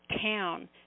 town